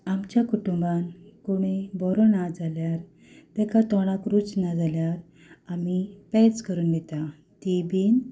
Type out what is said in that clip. आमच्या कुटुंबांत कोणूय बरो नाजाल्यार ताच्या तोणाक रूच नाजाल्यार आमी पेज करून दिता तीवूय बी